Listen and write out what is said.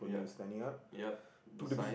yup yup the sign